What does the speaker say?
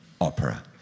opera